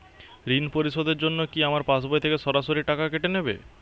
ঋণ পরিশোধের জন্য কি আমার পাশবই থেকে সরাসরি টাকা কেটে নেবে?